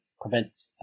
prevent